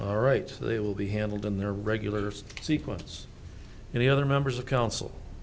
all right they will be handled in their regulars sequence and the other members of council